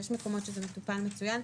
יש מקומות שזה מטופל מצוין.